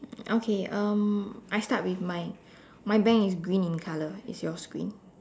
okay um I start with mine my bank is green in colour is yours green